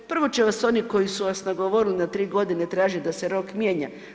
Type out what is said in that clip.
Prvo će vas oni koji su vas nagovorili na 3 godine tražiti da se rok mijenja.